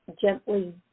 gently